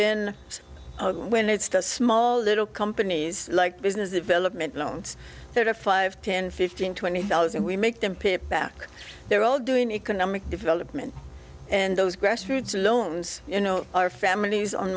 then when it's a small little companies like business development loans that are five ten fifteen twenty dollars and we make them pay it back they're all doing economic development and those grassroots loans you know are families on